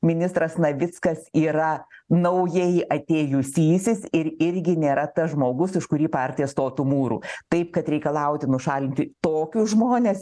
ministras navickas yra naujai atėjusysis ir irgi nėra tas žmogus už kurį partija stotų mūru taip kad reikalauti nušalinti tokius žmones